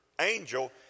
angel